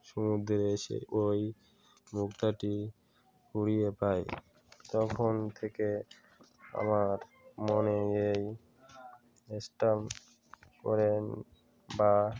সমুদ্রে এসে ওই মুক্তাটি কুড়িয়ে পাই তখন থেকে আমার মনে এই স্ট্যাম্প কয়েন বা